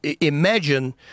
imagine